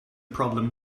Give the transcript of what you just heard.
problem